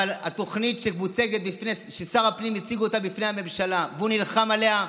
אבל זו התוכנית ששר הפנים הציג אותה בפני הממשלה והוא נלחם עליה.